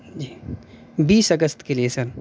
جی بیس اگست کے لیے سر